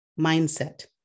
Mindset